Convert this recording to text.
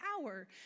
power